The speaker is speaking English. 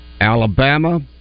Alabama